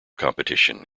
competition